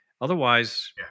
Otherwise